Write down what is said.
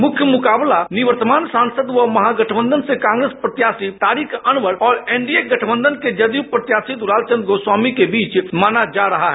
मुख्य मुकाबला निवर्तमान सांसद व महागठबंधन से कांग्रेस प्रत्याशी तारिक अनवर और एनडीए गठबंधन के जदयू प्रत्याशी दुलालचंद गोस्वामी के बीच माना जा रहा है